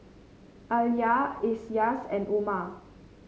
Alya Elyas and Umar